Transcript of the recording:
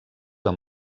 amb